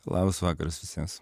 labas vakaras visiems